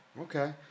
Okay